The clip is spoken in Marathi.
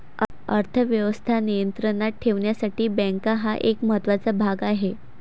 अर्थ व्यवस्था नियंत्रणात ठेवण्यासाठी बँका हा एक महत्त्वाचा भाग आहे